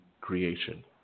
creation